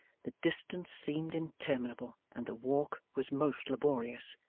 the distance seemed interminable, and the walk was most laborious.